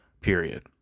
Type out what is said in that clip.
period